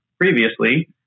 previously